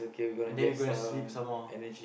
and then we are going to sleep some more